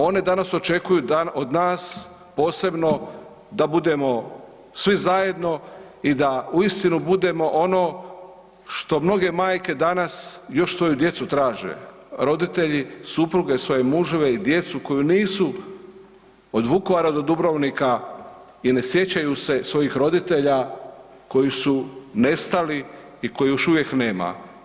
One danas očekuju da od nas posebno da budemo svi zajedno i da uistinu budemo ono što mnoge majke danas još svoju djecu traže, roditelji, supruge svoje muževe i djecu koju nisu od Vukovara i Dubrovnika i ne sjećaju se svojih roditelja koji su nestali i kojih još uvijek nema.